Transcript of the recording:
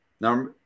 Now